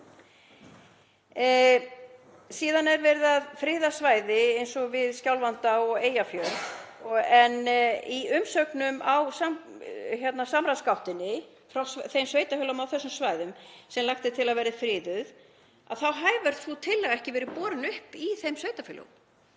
Síðan er verið að friða svæði eins og við Skjálfanda og Eyjafjörð. Í umsögnum í samráðsgáttinni frá sveitarfélögum á þessum svæðum sem lagt er til að verði friðuð kemur fram að sú tillaga hafi ekki verið borin upp í þeim sveitarfélögum.